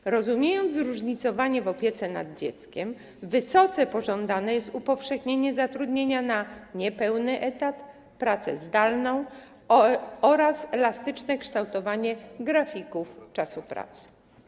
Gdy rozumie się zróżnicowanie w opiece nad dzieckiem, wysoce pożądane jest upowszechnienie zatrudnienia na niepełny etat, pracy zdalnej oraz elastycznego kształtowania grafików czasu pracy.